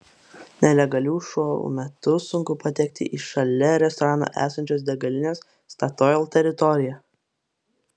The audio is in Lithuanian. nelegalių šou metu sunku patekti į šalia restorano esančios degalinės statoil teritoriją